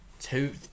two